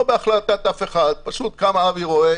בהחלטת אף אחד אלא פשוט קם אבי רואה,